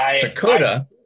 Dakota